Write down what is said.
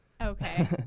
Okay